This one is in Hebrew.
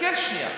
תסתכל שנייה.